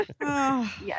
Yes